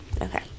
Okay